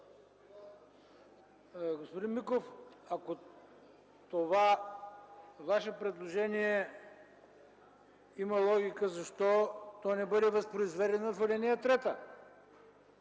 Господин Миков, ако това Ваше предложение има логика, защо то не бъде възпроизведено в ал. 3: